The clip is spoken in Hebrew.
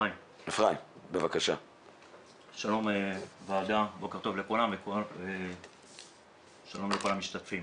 שלום לכל המשתתפים.